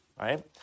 right